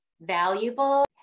valuable